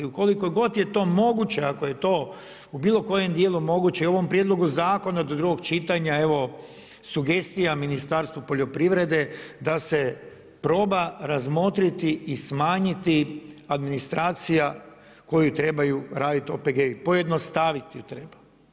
Ukoliko god je to moguće ako je to u bilo kojem djelu moguće i u ovom prijedlogu zakona do drugog čitanja, evo sugestija Ministarstvu poljoprivrede, da se proba razmotriti i smanjiti administracija koju trebaju raditi OPG-i, pojednostaviti ju treba.